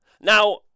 now